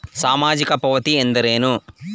ಸಾಮಾಜಿಕ ಪಾವತಿ ಎಂದರೇನು?